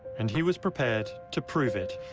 and he was prepared to prove it,